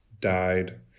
died